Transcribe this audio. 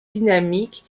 dynamique